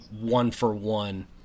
one-for-one